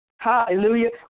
Hallelujah